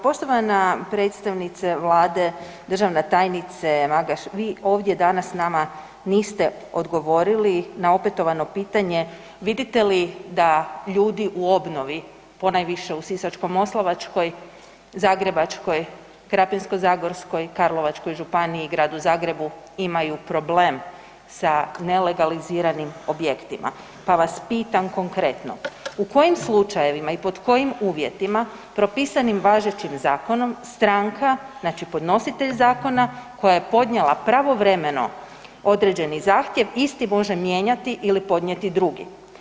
Poštovana predstavnica Vlade državna tajnice Magaš, vi ovdje danas nama niste odgovorili na opetovano pitanje vidite li da ljudi u obnovi ponajviše u Sisačko-moslavačkoj, Zagrebačkoj, Krapinsko-zagorskoj, Karlovačkoj županiji i Gradu Zagrebu imaju problem sa nelegaliziranim objektima, pa vas pitam konkretno u kojim slučajevima i pod kojim uvjetima propisanim važećim zakonom stranka znači podnositelj … koja je podnijela pravovremeno određeni zahtjev isti može mijenjati ili podnijeti drugi?